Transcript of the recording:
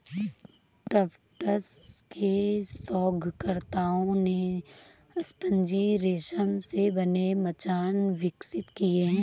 Tufts के शोधकर्ताओं ने स्पंजी रेशम से बने मचान विकसित किए हैं